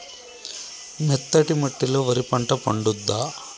మెత్తటి మట్టిలో వరి పంట పండుద్దా?